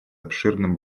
обширным